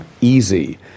easy